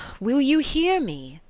will you hear me?